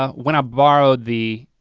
um when i borrowed the